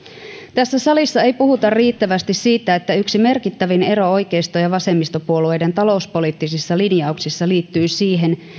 tässä salissa ei puhuta riittävästi siitä että yksi merkittävin ero oikeisto ja ja vasemmistopuolueiden talouspoliittisissa linjauksissa liittyy siihen